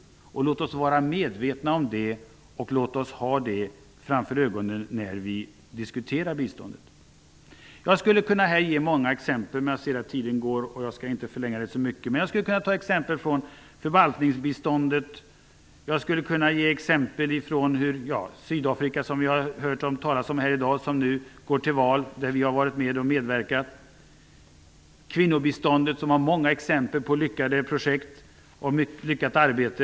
Låt oss vara medvetna om det! Låt oss ha det framför ögonen när vi diskuterar biståndet! Jag ser att tiden går. Jag skall inte förlänga debatten, men jag skulle kunna ge många exempel. Jag skulle kunna tala om förvaltningsbiståndet och om Sydafrika, som vi har hört talas om i dag och där man nu går till val. Där har vi gjort insater. När det gäller kvinnobiståndet finns det många exempel på lyckade projekt och lyckat arbete.